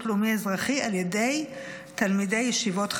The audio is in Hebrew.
לאומי-אזרחי על ידי תלמידי ישיבות חרדים.